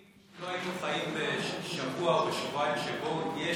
אם לא היינו חיים בשבוע או בשבועיים שבהם יש